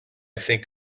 think